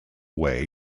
way